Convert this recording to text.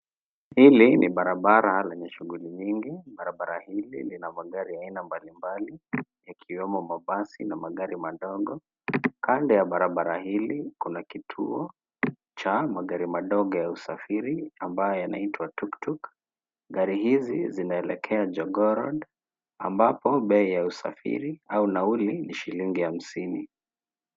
Hili ni barabara lenye shuguli nyingi. Barabara hili lina magari ya aina mblimbali yakiwemo mabasi na magari madogo. Kando ya barabara hili kuna kituo cha magari madogo ya usafiri ambayo yanaitwa tuktuk. Gari hizi zinaelekea Jogooroad ambapo bei ya usafiri au nauli ni shilingi hamsini.